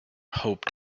hoped